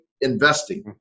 investing